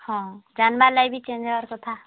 ହଁ ଜାଣିବାର ଲାଗି ବି ଚେଞ୍ଜ ହେବାର କଥା